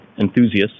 enthusiasts